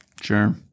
Sure